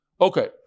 Okay